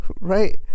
Right